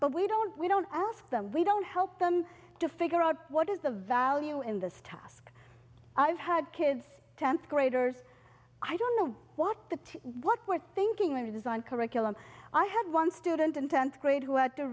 but we don't we don't ask them we don't help them to figure out what is the value in this task i've had kids tenth graders i don't know what the two what were thinking when we designed curriculum i had one student in tenth grade who had to